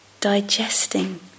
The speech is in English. digesting